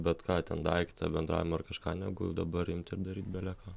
bet ką ten daiktą bendravimą ar kažką negu dabar imti ir daryt beleką